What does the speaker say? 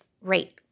rate